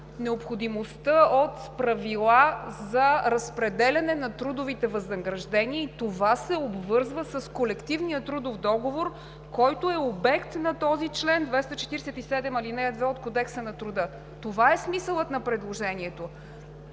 необходимостта от правила за разпределяне на трудовите възнаграждения и това се обвързва с колективния трудов договор, който е обект на този чл. 247, ал. 2 от Кодекса на труда. Такъв е смисълът на предложението